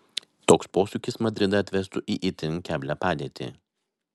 toks posūkis madridą atvestų į itin keblią padėtį